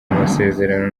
amasezerano